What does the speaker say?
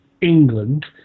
England